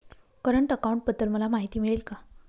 Current अकाउंटबद्दल मला माहिती मिळेल का?